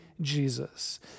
Jesus